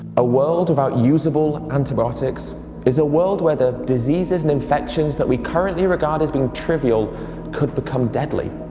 a world without usable antibiotics is a world where the diseases and infections that we currently regard as being trivial could become deadly.